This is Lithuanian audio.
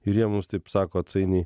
ir jie mums taip sako atsainiai